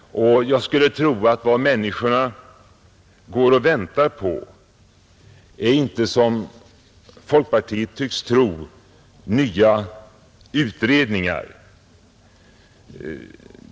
Och jag skulle tro att vad människorna går och väntar på är inte, som folkpartiet tycks anse, nya utredningar.